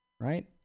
right